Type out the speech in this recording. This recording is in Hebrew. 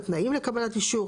לתנאים לקבלת אישור,